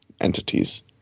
entities